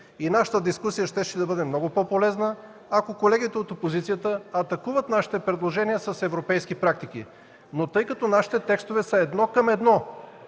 И нашата дискусия щеше да бъде много по-полезна, ако колегите от опозицията атакуват нашата предложения и с европейски практики, тъй като обаче нашите предложения са едно към едно